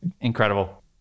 Incredible